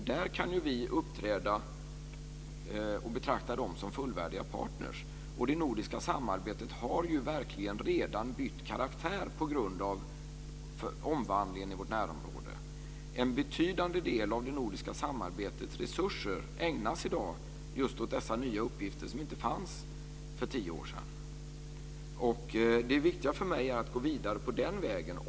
Där kan vi betrakta dem som fullvärdiga partner. Det nordiska samarbetet har verkligen redan bytt karaktär på grund av omvandlingen i vårt närområde. En betydande del av det nordiska samarbetets resurser ägnas i dag just åt dessa nya uppgifter som inte fanns för tio år sedan. Det viktiga för mig är att gå vidare på den vägen.